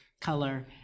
color